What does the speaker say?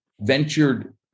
ventured